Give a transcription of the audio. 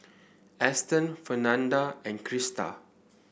Eston Fernanda and Christa